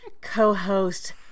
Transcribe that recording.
co-host